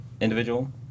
individual